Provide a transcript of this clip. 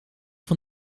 van